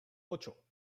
ocho